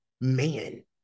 man